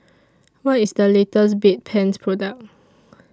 What IS The latest Bedpans Product